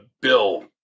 bill